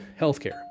healthcare